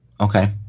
Okay